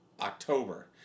October